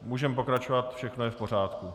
Můžeme pokračovat, všechno je v pořádku.